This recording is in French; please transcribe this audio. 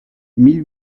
mille